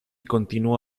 continuó